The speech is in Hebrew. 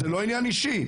זה לא עניין אישי,